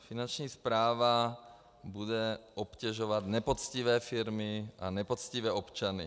Finanční správa bude obtěžovat nepoctivé firmy a nepoctivé občany.